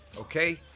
okay